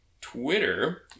Twitter